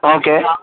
okay